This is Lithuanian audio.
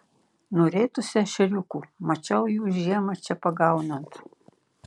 norėtųsi ešeriukų mačiau jų žiemą čia pagaunant